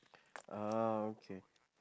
oh okay